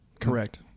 Correct